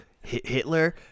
Hitler